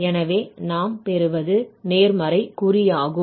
எனவே நாம் பெறுவது நேர்மறை குறியாகும்